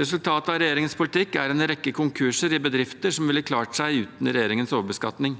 Resultatet av regjeringens politikk er en rekke konkurser i bedrifter som ville klart seg uten regjeringens overbeskatning.